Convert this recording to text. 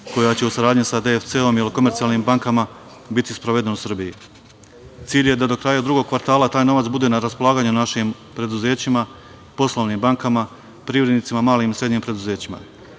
koja će u saradnji sa DFC-om i komercijalnim bankama biti sproveden u Srbiji. Cilj je da do kraja drugog kvartala taj novac bude na raspolaganju našim preduzećima, poslovnim bankama, privrednicima, malim i srednjim preduzećima. Po